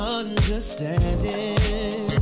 understanding